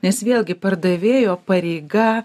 nes vėlgi pardavėjo pareiga